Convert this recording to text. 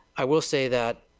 i will say that,